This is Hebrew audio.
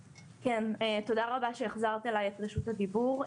כן, תודה רבה שהחזרת אלי את רשות הדיבור.